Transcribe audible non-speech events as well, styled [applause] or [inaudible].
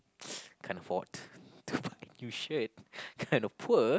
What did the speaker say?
[noise] can't afford to buy a new shirt kinda poor